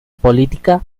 política